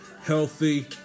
healthy